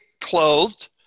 clothed